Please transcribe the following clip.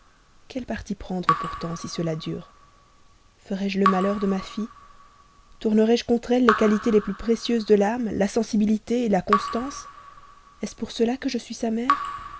quel parti prendre pourtant si cela dure ferai-je le malheur de ma fille tournerai je contre elle les qualités les plus précieuses de l'âme la sensibilité la constance est-ce pour cela que je suis sa mère